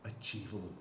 achievable